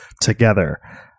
together